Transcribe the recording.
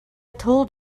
told